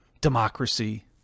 democracy